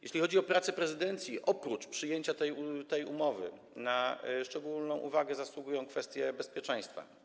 Jeśli chodzi o pracę prezydencji, oprócz przyjęcia tej umowy na szczególną uwagę zasługują kwestie bezpieczeństwa.